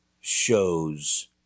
shows